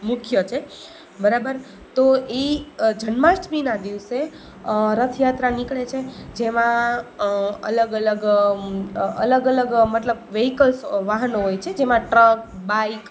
મુખ્ય છે બરાબર તો એ જન્માષ્ટમીનાં દિવસે રથયાત્રા નીકળે છે જેમાં અલગ અલગ અલગ અલગ મતલબ વેહિકલ્સ વાહનો હોય છે જેમાં ટ્રક બાઈક